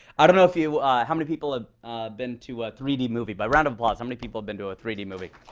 i don't know how many people have been to a three d movie. by round of applause, how many people have been to a three d movie?